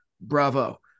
Bravo